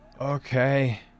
Okay